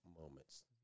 moments